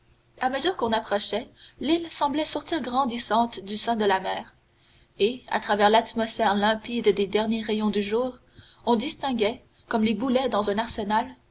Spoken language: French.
à mesure qu'on approchait l'île semblait sortir grandissante du sein de la mer et à travers l'atmosphère limpide des derniers rayons du jour on distinguait comme les boulets dans un arsenal